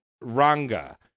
Ranga